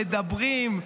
מדברים,